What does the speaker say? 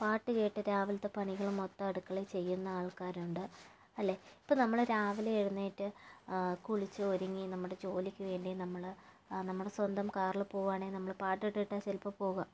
പാട്ട് കേട്ട് രാവിലത്തെ പണികള് മൊത്തം അടുക്കളയിൽ ചെയ്യുന്ന ആൾക്കാരുണ്ട് അല്ലേ ഇപ്പം നമ്മള് രാവിലെ എഴുന്നേറ്റ് കുളിച്ചു ഒരുങ്ങി നമ്മുടെ ജോലിക്ക് വേണ്ടി നമ്മള് നമ്മുടെ സ്വന്തം കാറില് പോകുവാണേൽ നമ്മള് പാട്ടിട്ടാണ് ചിലപ്പം പോകാ